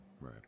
right